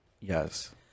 Yes